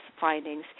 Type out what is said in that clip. findings